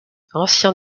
ancien